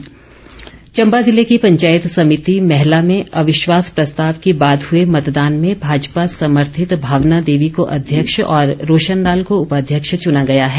चम्बा भाजपा चम्बा ज़िले की पंचायत समिति मैहला में अविश्वास प्रस्ताव के बाद हुए मतदान में भाजपा समर्थित भावना देवी को अध्यक्ष और रोशन लाल को उपाध्यक्ष चुना गया है